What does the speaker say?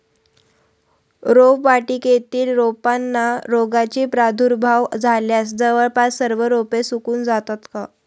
रोपवाटिकेतील रोपांना रोगाचा प्रादुर्भाव झाल्यास जवळपास सर्व रोपे सुकून जातात का?